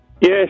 Yes